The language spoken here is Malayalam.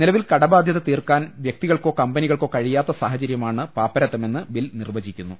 നില വിൽ കടബാധ്യത തീർക്കാൻ വൃക്തികൾക്കോ കമ്പനികൾക്കോ കഴിയാത്ത സാഹചര്യമാണ് പാപ്പരത്തമെന്ന് ബിൽ നിർവചിക്കു ന്നു